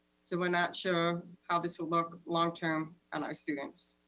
so we're not sure how this will look longterm on our students.